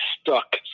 stuck